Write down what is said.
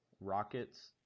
Rockets